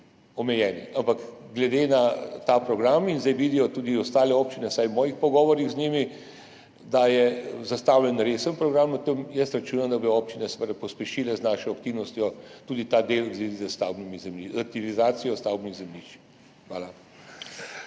omejeni. Ampak glede tega programa zdaj vidijo tudi ostale občine, vsaj v mojih pogovorih z njimi, da je zastavljen resen program. Jaz računam, da bodo občine seveda pospešile z našo aktivnostjo tudi ta del v zvezi z aktivizacijo stavbnih zemljišč. Hvala.